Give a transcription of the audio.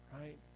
right